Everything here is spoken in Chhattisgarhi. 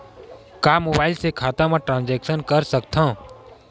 का मोबाइल से खाता म ट्रान्सफर कर सकथव?